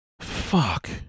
Fuck